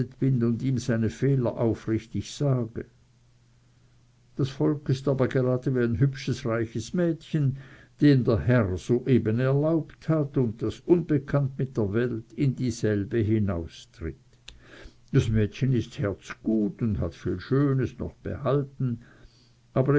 und ihm seine fehler aufrichtig sage das volk ist aber gerade wie ein hübsches reiches mädchen dem der herr so eben erlaubt hat und das unbekannt mit der welt in dieselbe hinaustritt das mädchen ist herzgut und hat viel schönes noch behalten aber